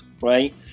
Right